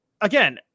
again